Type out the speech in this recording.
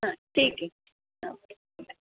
हां ठीके okay bye